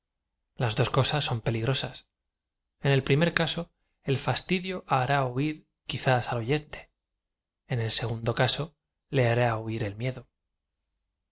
las dos cosas son peligrosas en el prim er caso e l fas tidio hará huir quizá al oyente en el segundo caso le hará huir el miedo